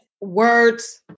words